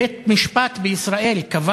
בית-משפט בישראל קבע